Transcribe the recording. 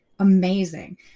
amazing